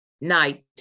night